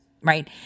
right